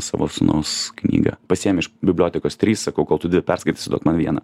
savo sūnaus knygą pasiėmė iš bibliotekos tris sakau kol tu dvi perskaitysi duok man vieną